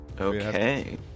Okay